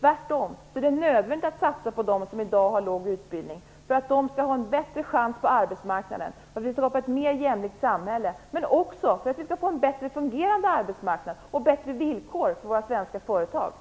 Det är nödvändigt att satsa på dem som i dag har låg utbildning för att de skall ha en bättre chans på arbetsmarknaden, för att vi skall kunna skapa ett mer jämlikt samhälle och också för att vi skall få en bättre fungerande arbetsmarknad och bättre villkor för våra svenska företag.